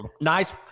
nice